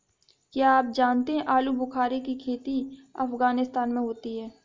क्या आप जानते हो आलूबुखारे की खेती अफगानिस्तान में होती है